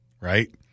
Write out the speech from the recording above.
right